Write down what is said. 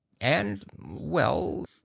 and-well